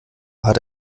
hat